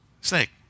snake